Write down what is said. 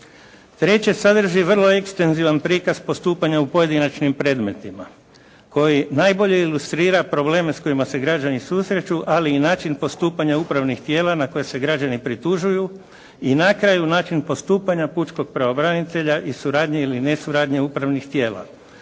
Treće, sadrži vrlo ekstenzivan prikaz u postupanja u pojedinačnim predmetima koji najbolje ilustrira probleme s kojima se građani susreću ali i način postupanja upravnih tijela na koje se građani pritužuju i na kraju način postupanja pučkog pravobranitelja i suradnje ili ne suradnje upravnih tijela,